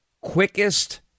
quickest